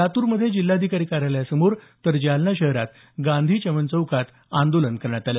लातूरमध्ये जिल्हाधिकारी कार्यालयासमोर तर जालना शहरात गांधी चमन चौकात आंदोलन करण्यात आलं